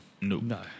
No